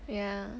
ya